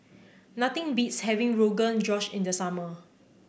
nothing beats having Rogan Josh in the summer